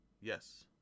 Yes